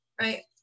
right